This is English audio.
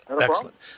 Excellent